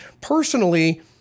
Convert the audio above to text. personally